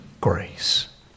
grace